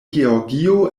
georgio